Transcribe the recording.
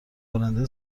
کننده